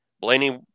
Blaney